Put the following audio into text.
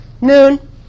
noon